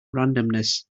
randomness